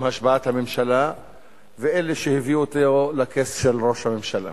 השבעת הממשלה ואלה שהביאו אותו לכס ראש הממשלה.